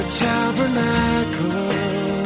tabernacle